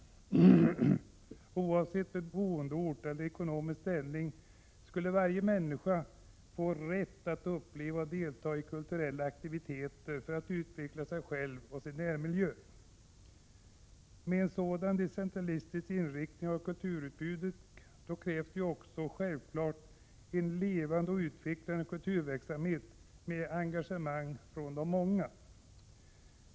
1986/87:100 Oavsett boendeort eller ekonomisk ställning skulle varje människa få rätt att uppleva och delta i kulturella aktiviteter för att utveckla sig själv och sin närmiljö. Med en sådan decentralistisk inriktning av kulturutbudet krävs det självfallet en levande och utvecklande kulturverksamhet med engagemang från de många.